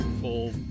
full